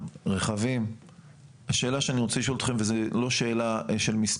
19 ניידות בכל מחוז ש"י, של תנועה.